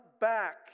back